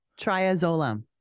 Triazolam